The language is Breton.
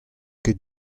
ket